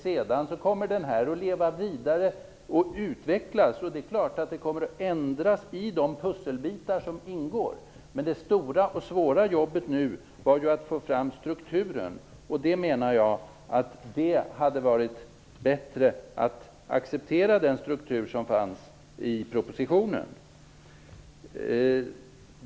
Sedan kommer den att utvecklas. Det kommer naturligtvis att ändras i de pusselbitar som ingår. Men det stora och svåra jobbet nu var att få fram strukturen. Det hade varit bättre att nu acceptera den föreslagna strukturen.